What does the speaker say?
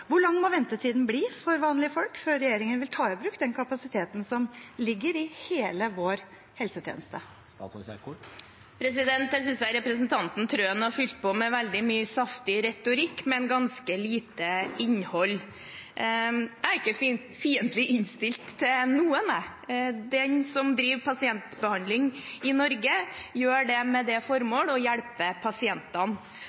Hvor lang må ventetiden bli for vanlige folk før regjeringen vil ta i bruk den kapasiteten som ligger i hele vår helsetjeneste? Her synes jeg representanten Trøen har fylt på med veldig mye saftig retorikk, men ganske lite innhold. Jeg er ikke fiendtlig innstilt til noen. Den som driver pasientbehandling i Norge, gjør det med det